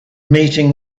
meeting